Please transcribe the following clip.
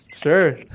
sure